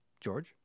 George